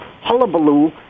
hullabaloo